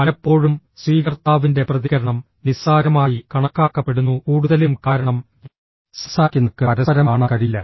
പലപ്പോഴും സ്വീകർത്താവിൻറെ പ്രതികരണം നിസ്സാരമായി കണക്കാക്കപ്പെടുന്നു കൂടുതലും കാരണം സംസാരിക്കുന്നവർക്ക് പരസ്പരം കാണാൻ കഴിയില്ല